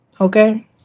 Okay